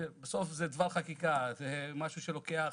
בסוף זה דבר חקיקה, זה משהו שלוקח,